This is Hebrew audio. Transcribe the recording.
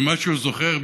ומה שהוא זוכר,